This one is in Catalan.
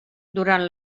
durant